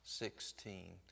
sixteen